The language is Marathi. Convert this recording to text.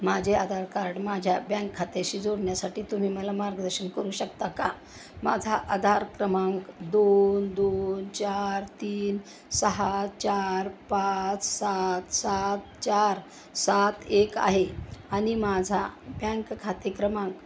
माझे आधार कार्ड माझ्या ब्यांक खात्याशी जोडण्यासाठी तुम्ही मला मार्गदर्शन करू शकता का माझा आधार क्रमांक दोन दोन चार तीन सहा चार पाच सात सात चार सात एक आहे आणि माझा ब्यांक खाते क्रमांक